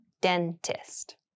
dentist